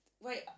wait